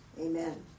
Amen